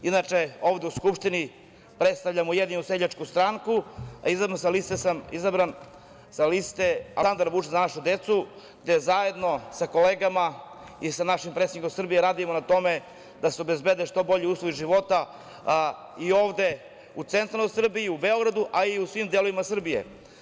Inače, ovde u Skupštini predstavljam Ujedinjenu seljačku stranku a izabran sam sa liste Aleksandar Vučić – Za našu decu, gde zajedno sa kolegama i sa našim predsednikom Srbije radimo na tome da se obezbede što bolji uslovi života i ovde u centralnoj Srbiji i u Beogradu a i u svim delovima Srbije.